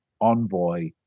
envoy